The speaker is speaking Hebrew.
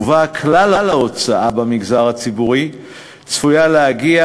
ובה כלל ההוצאה במגזר הציבורי צפוי להגיע